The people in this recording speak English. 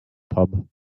pub